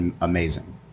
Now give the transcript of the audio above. amazing